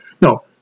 No